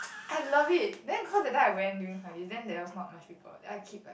I love it then cause that time when I went during holiday then there was not much people then I keep like